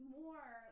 more